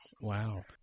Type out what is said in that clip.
Wow